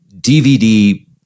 DVD